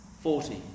Forty